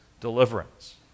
deliverance